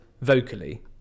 vocally